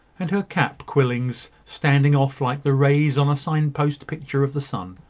and her cap quillings standing off like the rays on a sign-post picture of the sun.